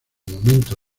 momento